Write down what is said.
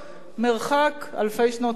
מרחק אלפי שנות אור.